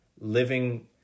living